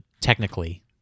technically